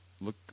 look